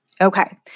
Okay